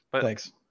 Thanks